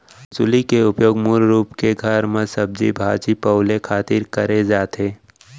हँसुली के उपयोग मूल रूप के घर म सब्जी भाजी पउले खातिर करे जाथे